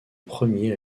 premiers